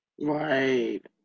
Right